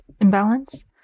imbalance